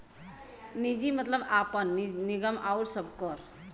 निजी मतलब आपन, निगम आउर सबकर